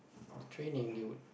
the training they would